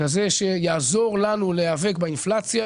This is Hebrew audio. כזה שיעזור לנו להיאבק באינפלציה.